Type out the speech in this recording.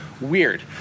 weird